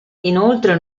inoltre